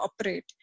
operate